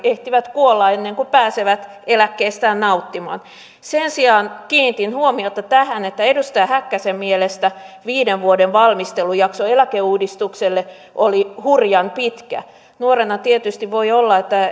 ehtivät kuolla ennen kuin pääsevät eläkkeestään nauttimaan sen sijaan kiinnitin huomiota tähän että edustaja häkkäsen mielestä viiden vuoden valmistelujakso eläkeuudistukselle oli hurjan pitkä nuorena tietysti voi olla että